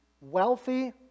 wealthy